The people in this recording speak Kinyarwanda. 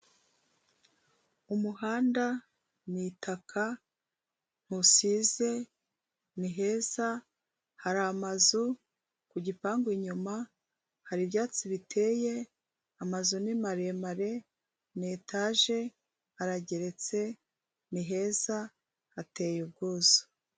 Umuhanda ni itaka ntusize ni heza hara amazu, ku gipangu inyuma hari ibyatsi biteye amazu ni maremare, ni etaje arageretse ni heza hateye ubwuzu.